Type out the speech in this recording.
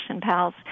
pals